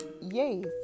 Yes